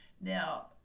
Now